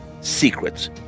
secrets